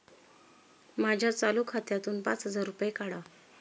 माझ्या चालू खात्यातून पाच हजार रुपये काढा